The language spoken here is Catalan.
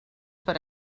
per